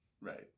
Right